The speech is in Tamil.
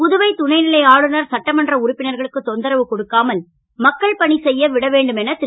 புதுவை துணை லை ஆளுநர் சட்டமன்ற உறுப்பினர்களுக்கு தொந்தரவு கொடுக்காமல் மக்கள் பணி செய் விட வேண்டும் என ரு